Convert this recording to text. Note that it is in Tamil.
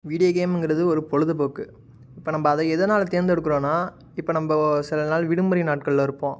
வீடியோ கேம்ங்கிறது ஒரு பொழுதுபோக்கு இப்போ நம்ம அதை எதனால் தேர்ந்தெடுக்குறோம்னா இப்போ நம்ம சில நாள் விடுமுறை நாட்கள்ல இருப்போம்